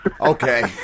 Okay